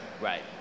Right